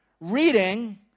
reading